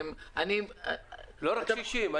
לא רק קשישים.